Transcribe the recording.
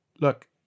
look